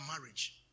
marriage